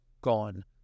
gone